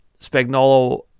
Spagnolo